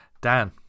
Dan